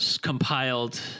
compiled